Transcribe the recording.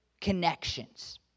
connections